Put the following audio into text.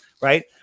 Right